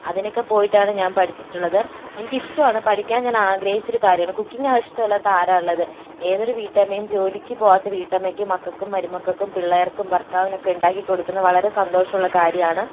അതിനൊക്കെ പോയിട്ടാണ് ഞാൻ പഠിച്ചിട്ടുള്ളത് എനിക്കിഷ്ട്ടാണ് പഠിക്കാൻ ഞാനാഗ്രഹിച്ചൊരു കാര്യമാണ് കുക്കിങ് ഇഷ്ട്ടമല്ലാത്ത ആരാ ഉള്ളത് ഏതൊരു വീട്ടമ്മയും ജോലിക്ക് പോകാത്ത വീട്ടമ്മക്കും മക്കൾക്കും മരുമക്കൾക്കും പിള്ളേർക്കും ഭർത്താവിനൊക്കെ ഉണ്ടാക്കി കൊടുക്കുന്നത് വളരെ സന്തോഷമുള്ള കാര്യമാണ്